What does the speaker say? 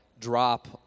drop